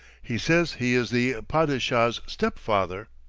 he says he is the padishah's step-father.